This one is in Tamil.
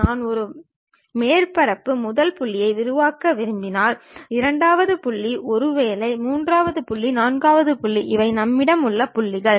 நான் ஒரு மேற்பரப்பு முதல் புள்ளியை உருவாக்க விரும்பினால் இரண்டாவது புள்ளி ஒருவேளை மூன்றாவது புள்ளி நான்காவது புள்ளி இவை நம்மிடம் உள்ள புள்ளிகள்